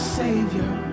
savior